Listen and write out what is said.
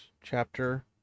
chapter